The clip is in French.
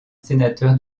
sénateur